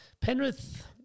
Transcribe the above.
Penrith